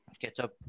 Ketchup